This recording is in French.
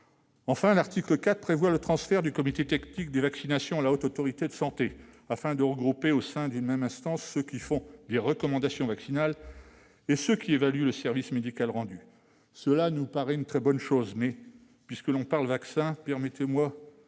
Enfin, l'article 4 tend à organiser le transfert du Comité technique des vaccinations à la Haute Autorité de santé, afin de regrouper au sein d'une même instance ceux qui élaborent des recommandations vaccinales et ceux qui évaluent le service médical rendu. Cela nous paraît une très bonne chose. À propos des vaccins, permettez-nous